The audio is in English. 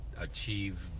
achieve